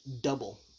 double